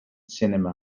cinema